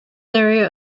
area